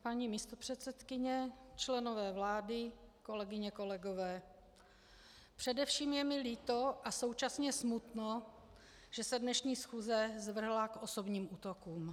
Paní místopředsedkyně, členové vlády, kolegyně a kolegové, především je mi líto a současně smutno, že se dnešní schůze zvrhla k osobním útokům.